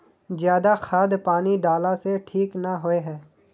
ज्यादा खाद पानी डाला से ठीक ना होए है?